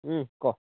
ক